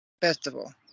festival